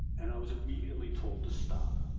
and, i was immediately told to stop.